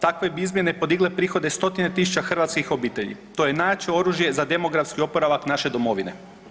Takve bi izmjene podigle prihode stotine tisuća hrvatskih obitelji, to je najjače oružje za demografski oporavak naše domovine.